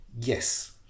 yes